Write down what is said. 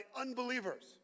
unbelievers